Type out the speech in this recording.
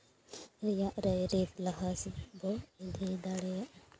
ᱨᱮᱭᱟᱜ ᱨᱟᱹᱭᱼᱨᱤᱛ ᱞᱟᱦᱟ ᱥᱮᱫ ᱵᱚ ᱤᱫᱤ ᱫᱟᱲᱮᱭᱟᱜᱼᱟ